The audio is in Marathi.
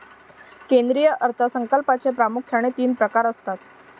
केंद्रीय अर्थ संकल्पाचे प्रामुख्याने तीन प्रकार असतात